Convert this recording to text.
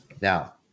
Now